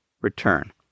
return